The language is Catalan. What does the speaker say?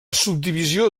subdivisió